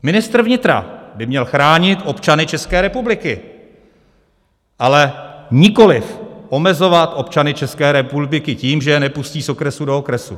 Ministr vnitra by měl chránit občany České republiky, ale nikoliv omezovat občany České republiky tím, že je nepustí z okresu do okresu.